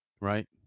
right